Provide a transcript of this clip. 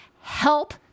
help